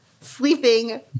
sleeping